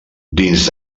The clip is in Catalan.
dins